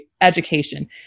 education